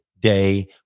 day